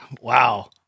wow